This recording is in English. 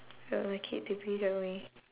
I will like it to be that way